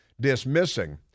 dismissing